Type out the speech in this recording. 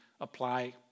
apply